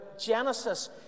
Genesis